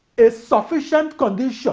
a sufficient condition